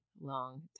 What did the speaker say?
long